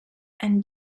and